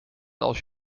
als